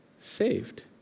saved